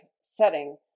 setting